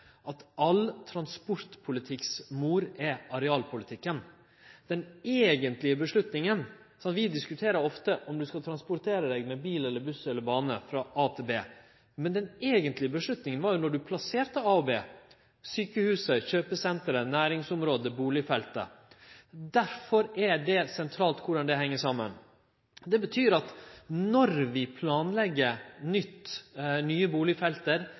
vi diskuterer ofte, er om ein skal verte transportert med bil, buss eller bane frå A til B, men den eigentlege avgjerda var då ein plasserte A og B – sjukehuset, kjøpesenteret, næringsområdet og bustadfeltet. Derfor er det sentralt korleis dette heng saman. Det betyr at når vi planlegg nye bustadfelt, nye